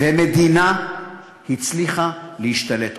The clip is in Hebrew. והמדינה הצליחה להשתלט.